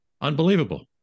Unbelievable